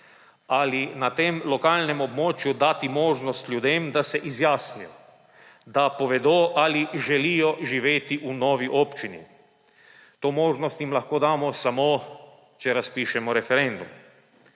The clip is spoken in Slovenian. ali na tem lokalnem območju dati možnost ljudem, da se izjasnijo, da povedo, ali želijo živeti v novi občini. To možnost jim lahko damo samo, če razpišemo referendum.